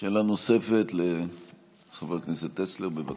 שאלה נוספת לחבר הכנסת טסלר, בבקשה.